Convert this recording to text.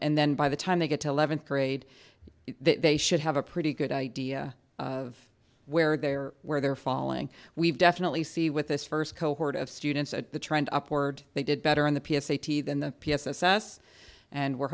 and then by the time they get to eleventh grade they should have a pretty good idea of where they're where they're falling we've definitely see with this first cohort of students at the trend upward they did better on the p s a t than the p s s s and we're